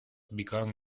become